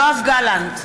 יואב גלנט,